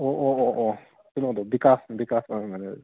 ꯑꯣ ꯑꯣ ꯑꯣ ꯑꯣ ꯀꯩꯅꯣꯗꯣ ꯕꯤꯀꯥꯁ ꯕꯤꯀꯥꯁ ꯑꯣꯏꯔꯝꯒꯅꯤ ꯑꯗꯨꯗꯤ